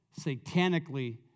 satanically